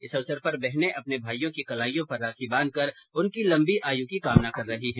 इस अवसर पर बहने अपने भाइयों के कलाइयों पर राखी बांधकर उनकी लम्बी आयु की कामना कर रही हैं